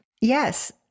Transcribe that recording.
Yes